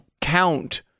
count